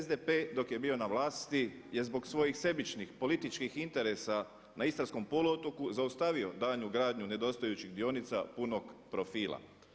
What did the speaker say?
SDP dok je bio na vlasti je zbog svojih sebičnih političkih interesa na istarskom poluotoku zaustavio daljnju gradnju nedostajućih dionica punog profila.